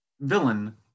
villain